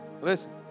Listen